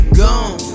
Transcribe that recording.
gone